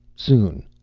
soon,